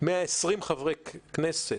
120 חברי כנסת,